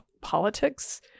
politics